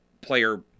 player